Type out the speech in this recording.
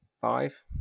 five